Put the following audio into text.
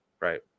right